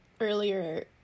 earlier